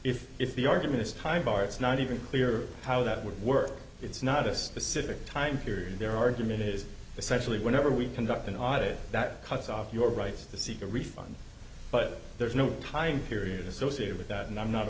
if if the argument is kind of our it's not even clear how that would work it's not a specific time period their argument is essentially whenever we conduct an audit that cuts off your rights to seek a refund but there is no tying period associated with that and i'm not